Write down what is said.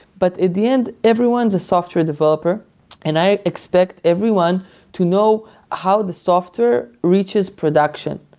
but at the end everyone's a software developer and i expect everyone to know how the software reaches production.